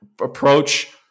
approach